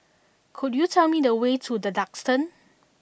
could you tell me the way to The Duxton